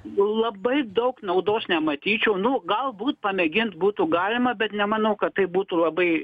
labai daug naudos nematyčiau nu galbūt pamėgint būtų galima bet nemanau kad tai būtų labai